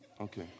Okay